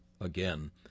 Again